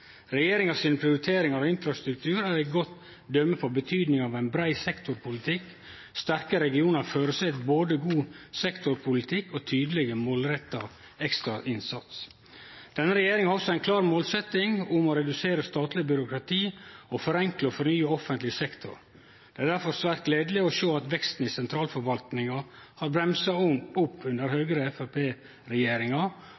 Regjeringa si prioritering av infrastruktur er eit godt døme på betydinga av ein brei sektorpolitikk. Sterke regionar føreset både god sektorpolitikk og tydeleg, målretta ekstrainnsats. Denne regjeringa har også ei klar målsetjing om å redusere statleg byråkrati og å forenkle og fornye offentleg sektor. Det er difor svært gledeleg å sjå at veksten i sentralforvaltinga har bremsa opp under